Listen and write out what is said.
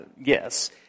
yes